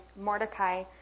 Mordecai